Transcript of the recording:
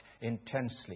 intensely